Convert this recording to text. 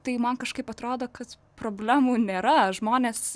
tai man kažkaip atrodo kad problemų nėra žmonės